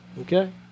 Okay